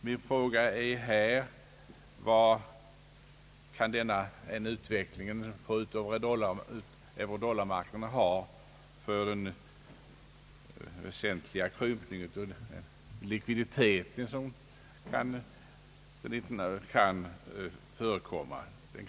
Min fråga är: Vad kan en fortsatt utveckling på eurodollarmarknaden som resulterar i en krympning av likviditeten få för följder för valutasystemet och för världshandeln?